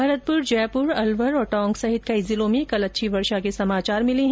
भरतपुर जयपुर अलवर टोंक समेत कई जिलों में कल अच्छी वर्षा के समाचार मिले है